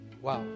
Wow